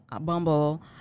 bumble